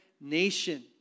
nation